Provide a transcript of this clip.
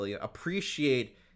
appreciate